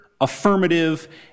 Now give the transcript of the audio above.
affirmative